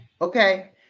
Okay